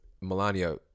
Melania